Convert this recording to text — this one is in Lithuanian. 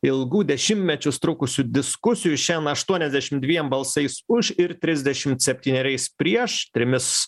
ilgų dešimtmečius trukusių diskusijų šiandien aštuoniasdešim dviem balsais už ir trisdešimt septyneriais prieš trimis